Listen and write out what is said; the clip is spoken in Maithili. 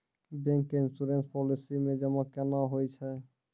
बैंक के इश्योरेंस पालिसी मे जमा केना होय छै?